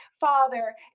Father